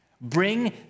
Bring